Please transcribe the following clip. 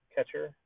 catcher